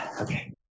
okay